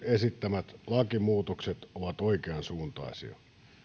esittämät lakimuutokset ovat oikeansuuntaisia